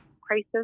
crisis